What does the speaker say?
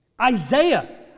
Isaiah